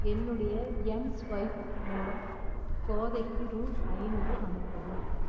என்னுடைய எம்ஸ்வைப் மூலம் கோதைக்கு ரூ ஐநூறு அனுப்பவும்